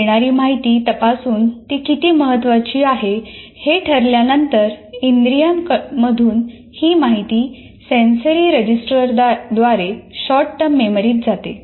येणारी माहिती तपासून ती किती महत्त्वाची आहे हे ठरवल्यानंतर इंद्रियां मधून ही माहिती सेन्सरी रजिस्टर द्वारे शॉर्टटर्म मेमरीत जाते